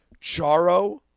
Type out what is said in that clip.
Charo